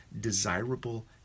desirable